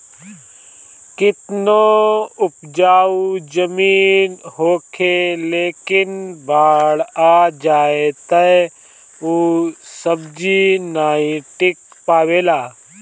केतनो उपजाऊ जमीन होखे लेकिन बाढ़ आ जाए तअ ऊ सब्जी नाइ टिक पावेला